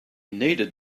needed